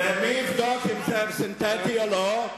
ומי יבדוק אם זה סינתטי או לא?